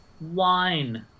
Wine